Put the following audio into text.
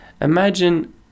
Imagine